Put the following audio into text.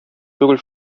түгел